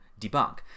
debunk